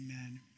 amen